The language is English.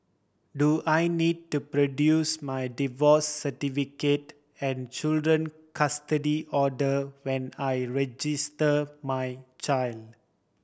do I need to produce my divorce certificate and children custody order when I register my child